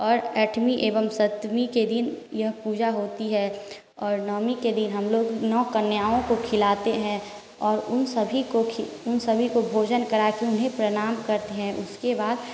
और आठवी एवं सातवीं के दिन यह पूजा होती है और नवमी के दिन हम लोग नौ कन्याओं को खिलाते हैं और उन सभी को उन सभी को भोजन कराके उन्हें प्रणाम करते हैं उसके बाद